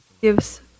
gives